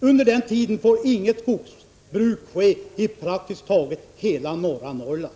Under den tiden får inget skogsbruk ske i praktiskt taget hela norra Norrland!